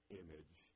image